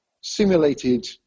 simulated